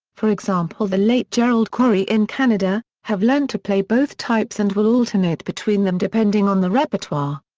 for example the late gerald corey in canada, have learned to play both types and will alternate between them depending on the repertoire.